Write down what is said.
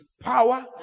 power